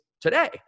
today